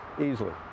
easily